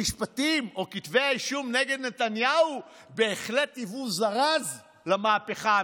שהמשפטים או כתבי אישום נגד נתניהו בהחלט היוו זרז למהפכה המשטרית.